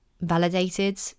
validated